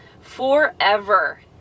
forever